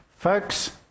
Folks